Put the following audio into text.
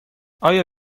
آیا